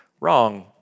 wrong